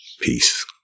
Peace